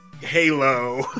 Halo